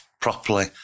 properly